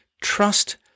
trust